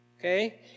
Okay